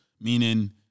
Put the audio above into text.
meaning